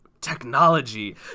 technology